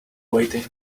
waiting